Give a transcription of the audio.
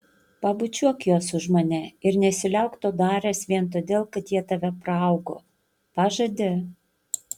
pabučiuok juos už mane ir nesiliauk to daręs vien todėl kad jie tave praaugo pažadi